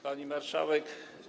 Pani Marszałek!